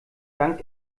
dank